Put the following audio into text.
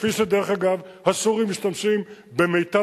כפי שדרך אגב הסורים משתמשים במיטב